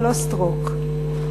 ולא סטרוֹק.